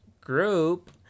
group